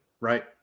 right